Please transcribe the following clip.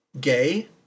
gay